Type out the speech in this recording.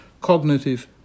cognitive